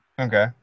Okay